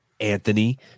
Anthony